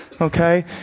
Okay